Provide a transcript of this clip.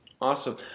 Awesome